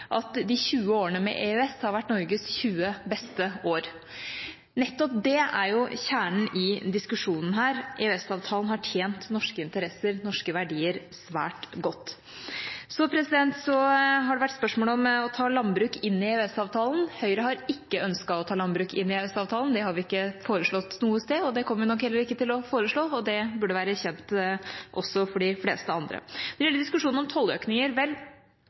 de 20 årene med EØS har vært Norges 20 beste år. Nettopp det er kjernen i diskusjonen her: EØS-avtalen har tjent norske interesser og norske verdier svært godt. Så har det vært spørsmål om å ta landbruk inn i EØS-avtalen. Høyre har ikke ønsket å ta landbruk inn i EØS-avtalen. Det har vi ikke foreslått noe sted, og det kommer vi nok heller ikke til å foreslå, og det burde være kjent også for de fleste andre. Når det gjelder diskusjonen om tolløkninger,